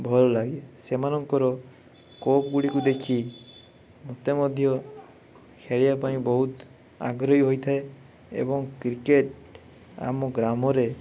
ଭଲ ଲାଗେ ସେମାନଙ୍କର କୋପ୍ ଗୁଡ଼ିକୁ ଦେଖି ମତେ ମଧ୍ୟ ଖେଳିବା ପାଇଁ ବହୁତ ଆଗ୍ରହୀ ହୋଇଥାଏ ଏବଂ କ୍ରିକେଟ୍ ଆମ ଗ୍ରାମରେ